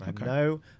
No